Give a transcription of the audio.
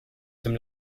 dem